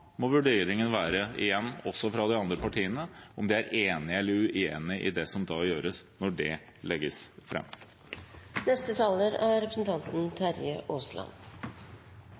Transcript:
må vurderingen fra de andre partiene være om de er enige eller uenige i det som da gjøres når det legges